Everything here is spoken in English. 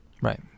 Right